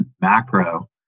macro